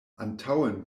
antaŭen